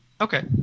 okay